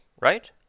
right